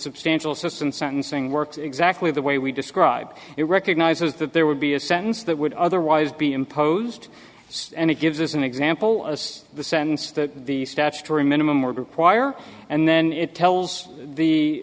substantial system sentencing works exactly the way we describe it recognizes that there would be a sentence that would otherwise be imposed and it gives us an example as the sense that the statutory minimum were group choir and then it tells